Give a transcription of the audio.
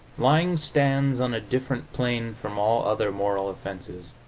lying stands on a different plane from all other moral offenses,